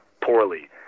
poorly